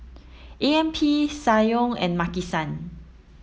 A M P Ssangyong and Maki san